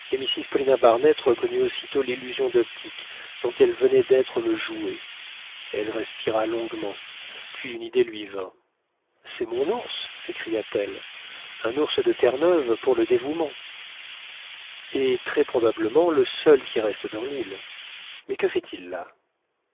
mrs paulina barnett reconnut aussitôt l'illusion d'optique dont elle venait d'être le jouet elle respira longuement puis une idée lui vint c'est mon ours s'écria-t-elle un ours de terre-neuve pour le dévouement et très probablement le seul qui reste dans l'île mais que fait-il là